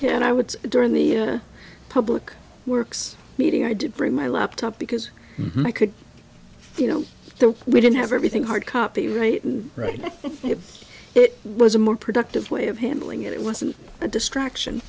and i would say during the public works meeting i did bring my laptop because i could you know we didn't have everything hard copy right and right but it was a more productive way of handling it it wasn't a distraction